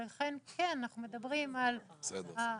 ולכן כן, אם אנחנו מדברים על המעלית,